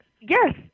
Yes